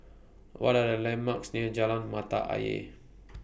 What Are The landmarks near Jalan Mata Ayer